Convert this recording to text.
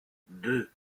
deux